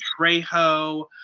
Trejo